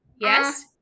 yes